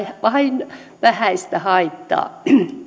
vain vähäistä haittaa